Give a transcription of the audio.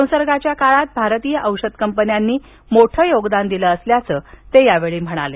संसर्गाच्या काळात भारतीय औषध कंपन्यांनी मोठं योगदान दिलं असल्याचं ते यावेळी म्हणाले